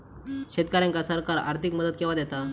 शेतकऱ्यांका सरकार आर्थिक मदत केवा दिता?